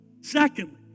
Secondly